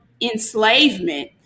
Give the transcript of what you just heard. enslavement